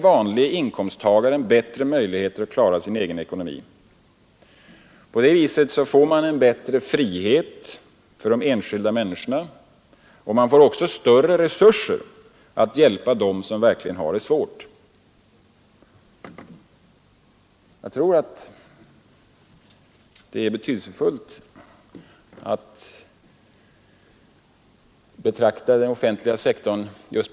Då behövs det inte så många personer inom den offentliga förvaltningen som skall försöka reda ut och klara upp de svårigheter som det offentliga alltså själv ställt till med genom den skattepolitik man driver.